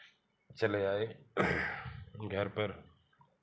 चले आए घर पर